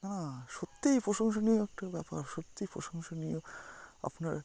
না না সত্যিই প্রশংসনীয় একটা ব্যাপার সত্যি প্রশংসনীয় আপনার